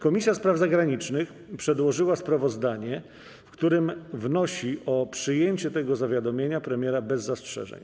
Komisja Spraw Zagranicznych przedłożyła sprawozdanie, w którym wnosi o przyjęcie tego zawiadomienia premiera bez zastrzeżeń.